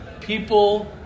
People